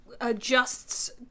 adjusts